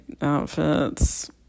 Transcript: outfits